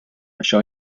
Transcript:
això